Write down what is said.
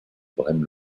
braine